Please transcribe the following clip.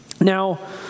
Now